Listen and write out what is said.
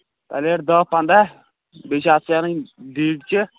plate دَہ پنٛداہ بیٚیہِ چھِ اَتھ سۭتۍ اَنٕنۍ دیٖچہِ